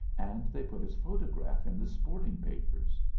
and they put his photograph in the sporting papers.